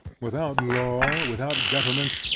without law, without government,